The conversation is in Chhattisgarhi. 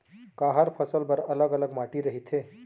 का हर फसल बर अलग अलग माटी रहिथे?